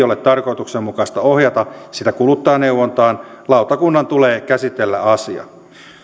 ole tarkoituksenmukaista ohjata sitä kuluttajaneuvontaan lautakunnan tulee käsitellä asia